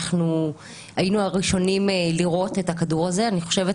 אנחנו היינו הראשונים לירות את הכדור הזה אבל אני חושבת